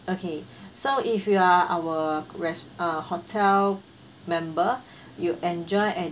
okay so if you are our rest~ uh hotel member you enjoy at